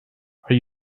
are